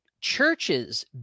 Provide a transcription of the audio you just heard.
churches